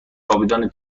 کاپیتان